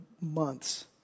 months